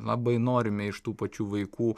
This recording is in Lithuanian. labai norime iš tų pačių vaikų